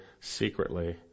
secretly